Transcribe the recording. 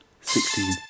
sixteen